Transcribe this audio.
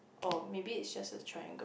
oh maybe it's just a triangle